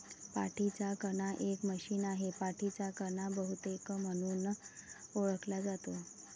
पाठीचा कणा एक मशीन आहे, पाठीचा कणा बहुतेक म्हणून ओळखला जातो